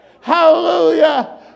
Hallelujah